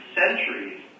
centuries